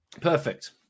Perfect